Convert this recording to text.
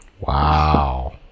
Wow